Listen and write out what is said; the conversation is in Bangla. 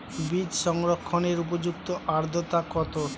বীজ সংরক্ষণের উপযুক্ত আদ্রতা কত?